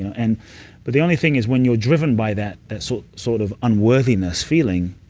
and but the only thing is when you're driven by that sort sort of unworthiness feeling,